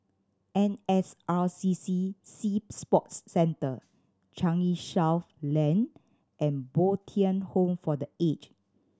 N S R C C Sea Sports Centre Changi South Lane and Bo Tien Home for The Aged